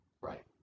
Right